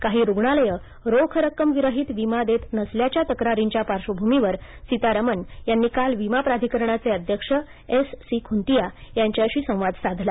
काही रुग्णालये रोख रक्कम विरहित विमा देत नसल्याच्या तक्रारींच्या पार्श्वभूमीवर सीतारामन यांनी काल विमा प्राधिकरणाचे अध्यक्ष एस सी खूंतीया यांच्याशी संवाद साधला